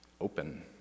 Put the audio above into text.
open